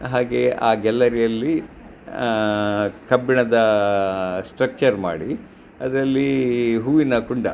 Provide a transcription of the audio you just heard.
ಹಾಗೆ ಆ ಗ್ಯಾಲರಿಯಲ್ಲಿ ಕಬ್ಬಿಣದ ಸ್ಟ್ರಕ್ಚರ್ ಮಾಡಿ ಅದರಲ್ಲಿ ಹೂವಿನ ಕುಂಡ